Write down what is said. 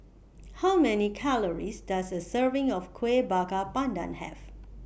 How Many Calories Does A Serving of Kueh Bakar Pandan Have